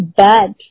bad